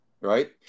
Right